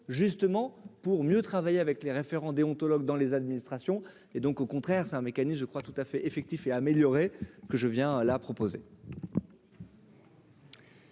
justement pour mieux travailler avec les référents déontologue dans les administrations et donc, au contraire, c'est un mécanisme je crois tout à fait effectif et améliorer que je viens la proposer.